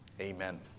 Amen